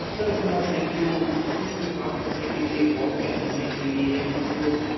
स्तर पर आप देखते हो स्पीड पे काम करने के लिए कॉपियाँ करने के लिए या किसी को